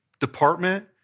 department